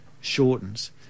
shortens